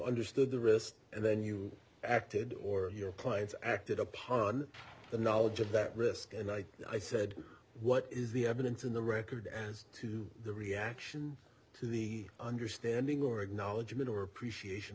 understood the wrist and then you acted or your place acted upon the knowledge of that risk and like i said what is the evidence in the record as to the reaction to the understanding or acknowledgement or appreciation